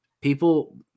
people